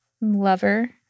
lover